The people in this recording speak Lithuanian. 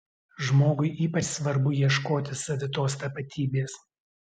žmogui ypač svarbu ieškoti savitos tapatybės